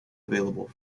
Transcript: available